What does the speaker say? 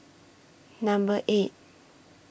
Number eight